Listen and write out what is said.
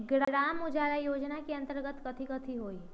ग्राम उजाला योजना के अंतर्गत कथी कथी होई?